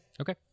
Okay